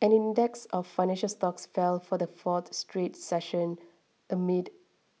an index of financial stocks fell for the fourth straight session amid